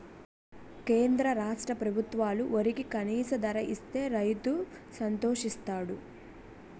కేంద్ర రాష్ట్ర ప్రభుత్వాలు వరికి కనీస ధర ఇస్తే రైతు సంతోషిస్తాడు